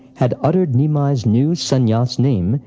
had uttered nimai's new sannyasa name,